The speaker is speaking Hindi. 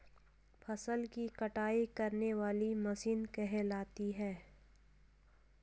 फसल की कटाई करने वाली मशीन कहलाती है?